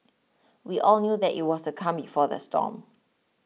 we all knew that it was the calm before the storm